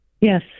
Yes